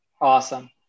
Awesome